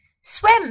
swim